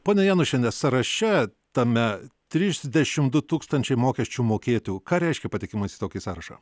ponia janušiene sąraše tame trisdešimt du tūkstančiai mokesčių mokėtojų ką reiškia patekimas į tokį sąrašą